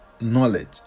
knowledge